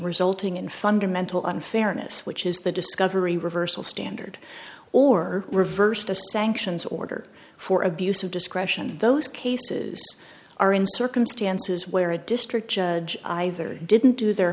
resulting in fundamental unfairness which is the discovery reversal standard or reverse the sanctions order for abuse of discretion those cases are in circumstances where a district judge either didn't do their